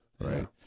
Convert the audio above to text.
right